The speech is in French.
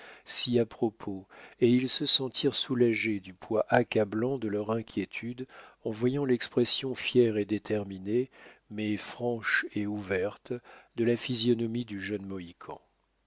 si à propos et ils se sentirent soulagés du poids accablant de leur inquiétude en voyant l'expression fière et déterminée mais franche et ouverte de la physionomie du jeune mohican